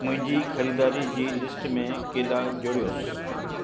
मुंहिंजी ख़रीदारी जी लिस्ट में केला जोड़ियो